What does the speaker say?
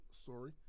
story